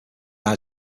eyes